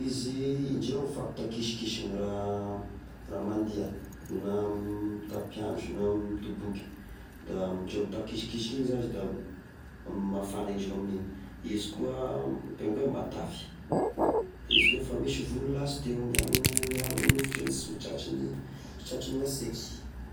izy, indreo mifapitakisikiny raha mandeha, na mitapy andro, na midoboky, da indreo mitakisikiky igny zasy da, mafana indreo aminigny!.izy koa pingouins matavy de izy koa efa misy volo latsiteo! miaro, miaro e nofotriny sy ho tratry ny tratrin'ny hasiaky.